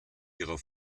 ihrer